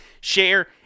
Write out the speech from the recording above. share